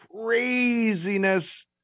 craziness